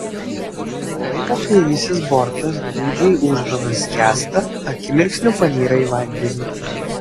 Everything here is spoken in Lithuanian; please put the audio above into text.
laivo kairysis bortas gūdžiai ūždamas skęsta akimirksniu panyra į vandenį